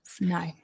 No